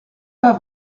pas